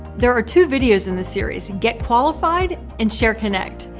there are two videos in the series, and get qualified and share kynect.